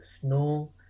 snow